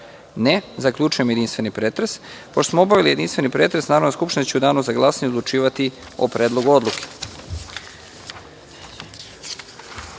(Ne)Zaključujem jedinstveni pretres. Pošto smo obavili jedinstveni pretres, Narodna skupština će u danu za glasanje odlučivati o predlogu odluke. Pošto